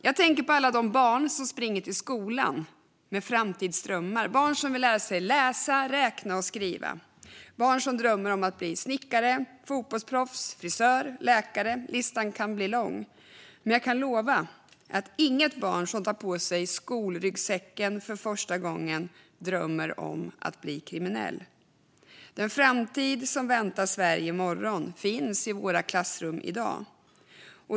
Jag tänker på alla de barn som springer till skolan med framtidsdrömmar. Det är barn som vill lära sig läsa, räkna och skriva. Det är barn som drömmer om att bli snickare, fotbollsproffs, frisör, läkare - listan kan bli lång. Men jag kan lova att inget barn som för första gången tar på sig skolryggsäcken drömmer om att bli kriminell. Den framtid som väntar Sverige i morgon finns i våra klassrum i dag.